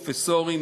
פרופסורים,